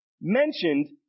mentioned